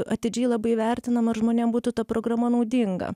atidžiai labai vertinam ar žmonėm būtų ta programa naudinga